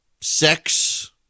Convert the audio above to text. sex